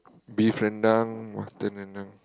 beef rendang mutton rendang